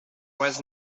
was